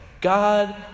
God